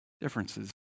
differences